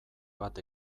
bat